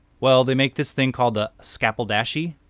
well they make this thing called the scalpeldashi,